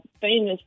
famous